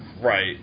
Right